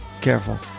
Careful